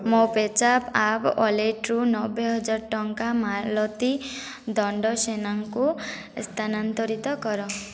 ମୋ PayZapp app ୱାଲେଟ୍ରୁ ନବେ ହଜାର ଟଙ୍କା ମାଳତୀ ଦଣ୍ଡସେନାଙ୍କୁ ସ୍ଥାନାନ୍ତରିତ କର